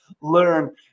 learn